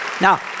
now